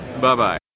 Bye-bye